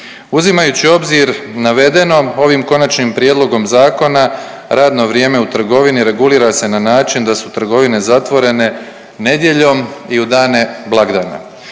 Uzimajući u obzir navedeno ovim Konačnim prijedlogom zakona radno vrijeme u trgovini regulira se na način da su trgovine zatvorene nedjeljom i u dane blagdana.